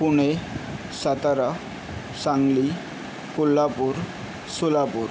Pune Satara Sangli Kolhapur Solapur